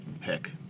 pick